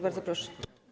Bardzo proszę.